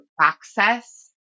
access